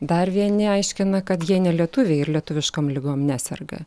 dar vieni aiškina kad jie ne lietuviai ir lietuviškom ligom neserga